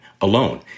alone